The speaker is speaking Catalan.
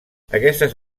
aquestes